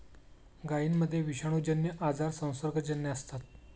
गायींमध्ये विषाणूजन्य आजार संसर्गजन्य असतात